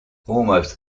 almost